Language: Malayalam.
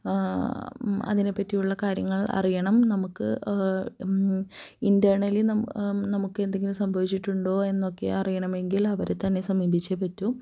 അതിനെപ്പറ്റിയുള്ള കാര്യങ്ങള് അറിയണം നമുക്ക് ഇൻ്റെണലി നമുക്ക് എന്തെങ്കിലും സംഭവിച്ചിട്ടുണ്ടോ എന്നൊക്കെ അറിയണമെങ്കില് അവരെ തന്നെ സമീപിച്ചേ പറ്റു